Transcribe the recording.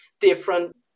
different